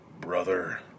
Brother